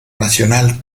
nacional